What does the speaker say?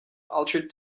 altered